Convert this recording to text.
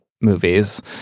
movies